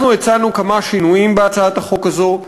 אנחנו הצענו כמה שינויים בהצעת החוק הזו.